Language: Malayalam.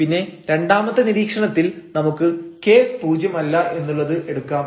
പിന്നെ രണ്ടാമത്തെ നിരീക്ഷണത്തിൽ നമുക്ക് k പൂജ്യം അല്ല എന്നുള്ളത് എടുക്കാം